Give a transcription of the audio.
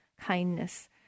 kindness